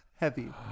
heavy